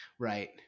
Right